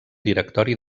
directori